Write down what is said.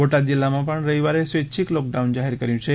બોટાદ જિલ્લામાં રવિવારે સ્વૈચ્છિક લોકડાઉન જાહેર કર્યં છે